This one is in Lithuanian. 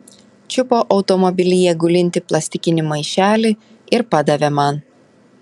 čiupo automobilyje gulintį plastikinį maišelį ir padavė man